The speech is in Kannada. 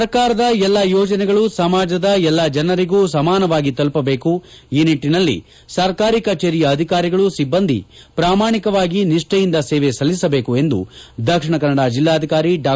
ಸರ್ಕಾರದ ಎಲ್ಲಾ ಯೋಜನೆಗಳು ಸಮಾಜದ ಎಲ್ಲಾ ಜನರಿಗೂ ಸಮಾನವಾಗಿ ತಲುಪಬೇಕು ಈ ನಿಟ್ಟನಲ್ಲಿ ಸರ್ಕಾರಿ ಕಚೇರಿಯ ಅಧಿಕಾರಿಗಳು ಸಿಬ್ಬಂದಿ ಪ್ರಾಮಾಣಿಕವಾಗಿ ನಿಷ್ಠೆಯಿಂದ ಸೇವೆ ಸಲ್ಲಿಸಬೇಕು ಎಂದು ದಕ್ಷಿಣ ಕನ್ನಡ ಜಿಲ್ಲಾಧಿಕಾರಿ ಡಾ